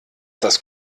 das